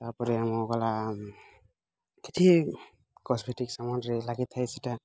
ତାପରେ ଆମ ଗଲା କିଛି କସ୍ମେଟିକ୍ ସାମାନ୍ରେ ଲାଗିଥାଏ ସେଟା